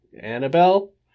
Annabelle